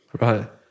Right